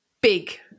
big